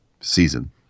season